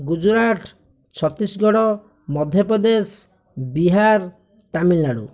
Gujarat Chhattisgarh Madhya Pradesh Bihar Tamil Nadu